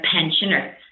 pensioner